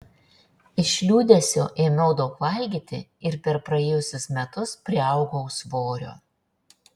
iš liūdesio ėmiau daug valgyti ir per praėjusius metus priaugau svorio